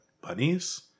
bunnies